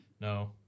No